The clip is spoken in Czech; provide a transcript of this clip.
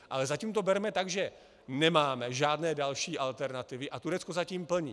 Ale zatím to berme tak, že nemáme žádné další alternativy, a Turecko zatím plní.